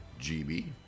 GB